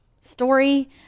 story